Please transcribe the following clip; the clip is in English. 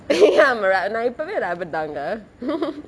ya I'm a rabbt நா இப்பவே:naa ippavae rabbit தா இங்கே:thaa inggae